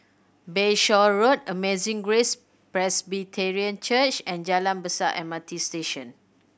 Bayshore Road Amazing Grace Presbyterian Church and Jalan Besar M R T Station